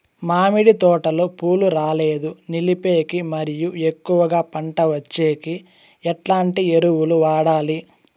మామిడి తోటలో పూలు రాలేదు నిలిపేకి మరియు ఎక్కువగా పంట వచ్చేకి ఎట్లాంటి ఎరువులు వాడాలి?